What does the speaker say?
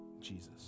Jesus